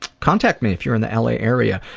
contact me if you're in the l. a. area.